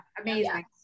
Amazing